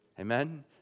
Amen